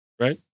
right